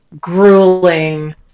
grueling